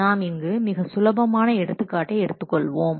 நாம் இங்கு மிக சுலபமான எடுத்துக்காட்டை எடுத்துக்கொள்வோம்